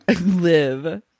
live